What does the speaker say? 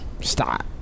Stop